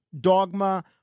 dogma